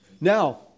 Now